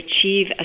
achieve